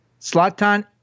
Slatan